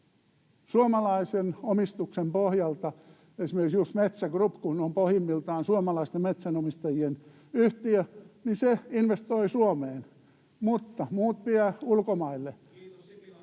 Suomalaisen omistuksen pohjalta esimerkiksi just Metsä Group, kun on pohjimmiltaan suomalaisten metsänomistajien yhtiö, investoi Suomeen, mutta muut vievät ulkomaille.